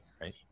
right